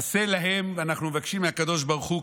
עשה להם" ואנחנו מבקשים מהקדוש ברוך הוא,